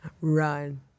run